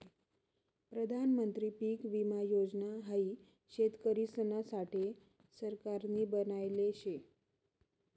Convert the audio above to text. प्रधानमंत्री पीक विमा योजना हाई शेतकरिसना साठे सरकारनी बनायले शे